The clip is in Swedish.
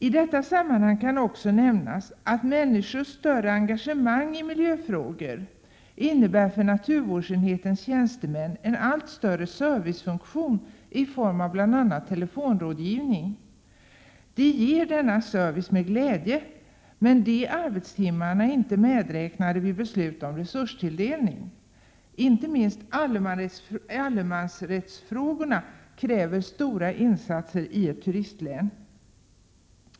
I detta sammanhang kan också nämnas att människors större engagemang i miljöfrågor för naturvårdsenhetens tjänstemän innebär en allt större servicefunktion i form av bl.a. telefonrådgivning. Tjänstemännen ger denna service med glädje, men dessa arbetstimmar är inte medräknade vid beslut om resurstilldelning. Inte minst allemansrättsfrågorna kräver stora insatser i ett turistlän.